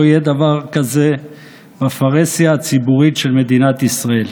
יהיה כדבר הזה בפרהסיה הציבורית של מדינת ישראל.